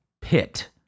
pit